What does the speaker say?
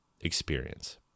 experience